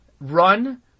run